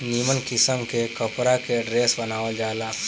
निमन किस्म के कपड़ा के ड्रेस बनावल जाला